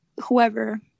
whoever